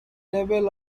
level